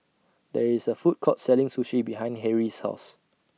There IS A Food Court Selling Sushi behind Harrie's House